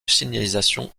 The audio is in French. signalisation